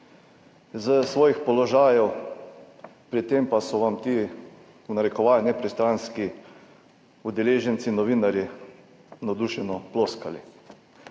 s svojih položajev, pri tem pa so vam ti, v narekovaju, nepristranski udeleženci, novinarji navdušeno ploskali.